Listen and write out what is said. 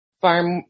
farm